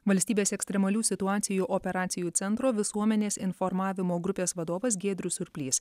valstybės ekstremalių situacijų operacijų centro visuomenės informavimo grupės vadovas giedrius surplys